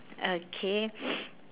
okay